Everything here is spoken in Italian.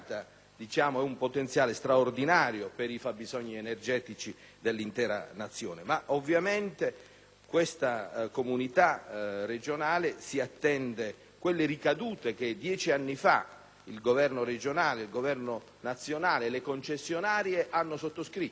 Basilicata ha un potenziale straordinario per i fabbisogni energetici dell'intera Nazione, ma questa comunità regionale si attende le ricadute che dieci anni fa il Governo regionale, il Governo nazionale e le concessionarie hanno sottoscritto.